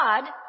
God